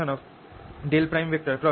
r r